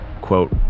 quote